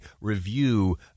review